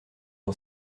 mon